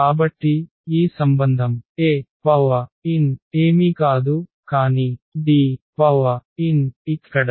కాబట్టి ఈ సంబంధం An ఏమీ కాదు కానీ Dn ఇక్కడ